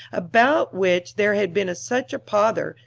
about which there had been such a pother,